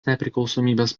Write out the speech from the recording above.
nepriklausomybės